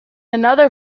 another